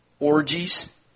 orgies